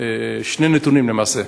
שני נתונים, למעשה.